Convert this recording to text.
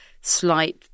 slight